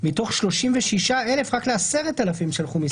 מתוך 36,000 רק ל-10,000 שלחו מסרון.